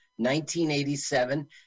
1987